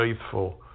faithful